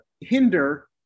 hinder